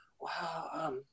Wow